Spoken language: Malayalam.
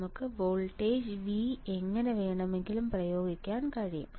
നമുക്ക് വോൾട്ടേജ് V എങ്ങനെ വേണമെങ്കിലും പ്രയോഗിക്കാൻ കഴിയും